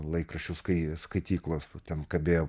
laikraščius kai skaityklos ten kabėjo